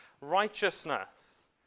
righteousness